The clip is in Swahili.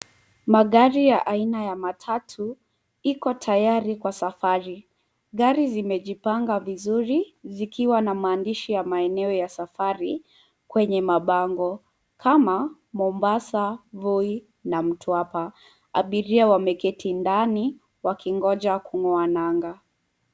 Magari ya aina ya matatu, iko tayari kwa safari. Gari zimejipanga vizuri zikiwa na maandishi ya maeneo ya safari kwenye mabango kama, Mombasa, voi, na mtwapa. Abiria wameketi ndani wakingoja kung'oa nanga.